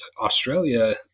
Australia